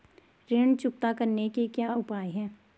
ऋण चुकता करने के क्या क्या उपाय हैं?